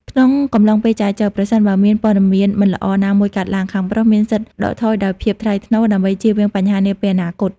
ក្នុងកំឡុងពេលចែចូវ ប្រសិនបើមានព័ត៌មានមិនល្អណាមួយកើតឡើង ខាងប្រុសមានសិទ្ធិដកថយដោយភាពថ្លៃថ្នូរ ដើម្បីចៀសវាងបញ្ហានាពេលអនាគត។